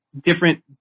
different